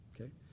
okay